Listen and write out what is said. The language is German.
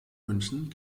münchen